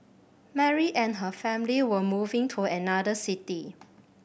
Mary and her family were moving to another city